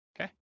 okay